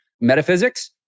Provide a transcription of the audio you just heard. metaphysics